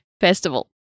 festival